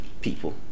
people